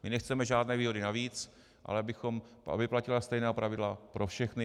My nechceme žádné výhody navíc, ale aby platila stejná pravidla pro všechny.